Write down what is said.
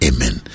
Amen